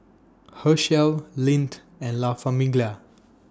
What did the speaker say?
Herschel Lindt and La Famiglia